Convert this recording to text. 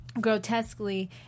grotesquely